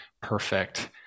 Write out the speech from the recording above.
perfect